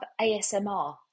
ASMR